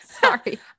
Sorry